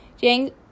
Jang